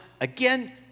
again